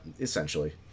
essentially